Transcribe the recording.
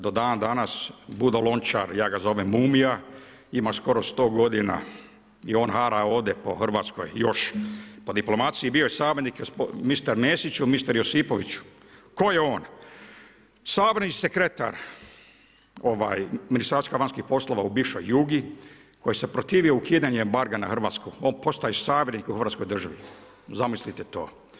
Do dandanas Budo Lončar, ja ga zovem Mumija, ima skoro 100 godina i on hara ovdje po Hrvatskoj još po diplomaciji, bio je savjetnik misteru Mesiću, misteru Josipoviću, tko je on? … sekretar Ministarstva vanjskih poslova u bivšoj Jugi koji se protivio ukidanjem embarga na Hrvatsku, on postaje savjetnik u hrvatskoj državi, zamislite to.